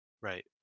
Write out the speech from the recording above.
right